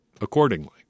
accordingly